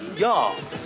Y'all